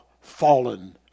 fallen